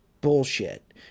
bullshit